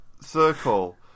circle